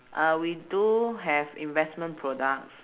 uh we do have investment products